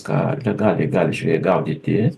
ką legaliai gali žvejai gaudyti